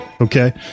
Okay